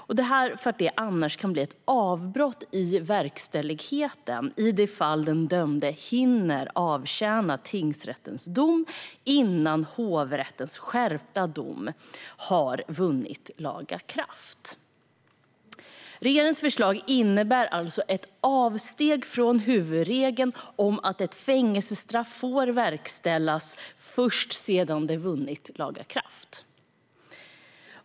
Man föreslår detta för att det annars kan bli ett avbrott i verkställigheten i det fall den dömde hinner avtjäna straffet enligt tingsrättens dom innan hovrättens skärpta dom har vunnit laga kraft. Regeringens förslag innebär alltså ett avsteg från huvudregeln om att ett fängelsestraff får verkställas först sedan det vunnit laga kraft.